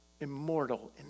immortal